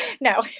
No